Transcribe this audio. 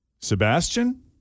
Sebastian